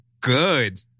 good